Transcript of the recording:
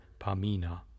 Pamina